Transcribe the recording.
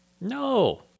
no